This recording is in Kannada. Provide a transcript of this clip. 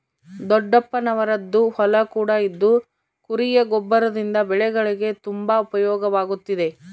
ದೊಡ್ಡಪ್ಪನವರದ್ದು ಹೊಲ ಕೂಡ ಇದ್ದು ಕುರಿಯ ಗೊಬ್ಬರದಿಂದ ಬೆಳೆಗಳಿಗೆ ತುಂಬಾ ಉಪಯೋಗವಾಗುತ್ತಿದೆ